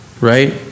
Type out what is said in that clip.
right